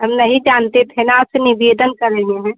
हम नहीं जानते थे ना आपसे निवेदन कर रहे हैं